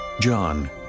John